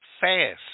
Fast